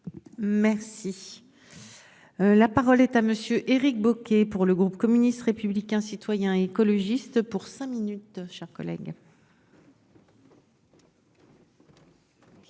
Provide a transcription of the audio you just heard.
Merci. La parole est à monsieur Éric Bocquet pour le groupe communiste, républicain, citoyen et écologiste pour cinq minutes, chers collègues.